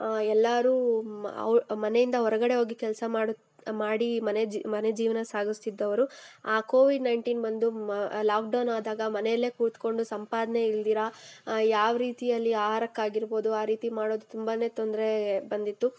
ಎಲ್ಲರೂ ಮನೆಯಿಂದ ಹೊರಗಡೆ ಹೋಗಿ ಕೆಲಸ ಮಾಡಿ ಮಾಡಿ ಮನೆ ಮನೆ ಜೀವನ ಸಾಗಿಸ್ತಿದ್ದವರು ಆ ಕೋವಿಡ್ ನೈನ್ಟೀನ್ ಬಂದು ಲಾಕ್ಡೌನ್ ಆದಾಗ ಮನೇಲೇ ಕೂತ್ಕೊಂಡು ಸಂಪಾದನೆ ಇಲ್ದಿರಾ ಯಾವ ರೀತಿಯಲ್ಲಿ ಆಹಾರಕ್ಕಾಗಿರ್ಬೋದು ಆ ರೀತಿ ಮಾಡೋದು ತುಂಬನೇ ತೊಂದರೆ ಬಂದಿತ್ತು